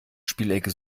spielecke